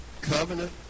Covenant